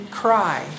cry